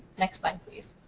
next slide, please.